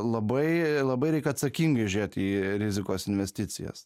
labai labai reik atsakingai žiūrėt į rizikos investicijas